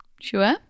Sure